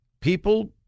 people